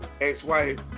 ex-wife